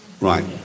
Right